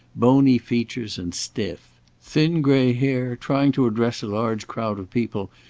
bony features, and stiff thin, gray hair, trying to address a large crowd of people,